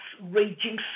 raging